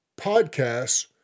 podcasts